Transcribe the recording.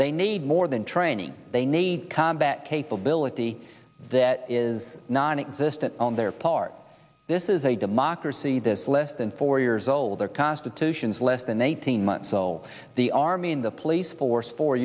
they need more than training they need combat capability that is non existent on their part this is a democracy this less than four years old their constitution is less than eighteen months old the army and the police force four